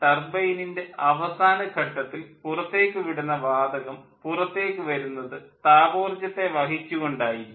ടർബൈനിൻ്റെ അവസാന ഘട്ടത്തിൽ പുറത്തേക്കു വിടുന്ന വാതകം പുറത്തേക്കു വരുന്നത് താപോർജ്ജത്തെ വഹിച്ചു കൊണ്ടായിരിക്കും